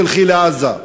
תלכי לעזה.